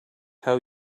how